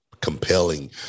compelling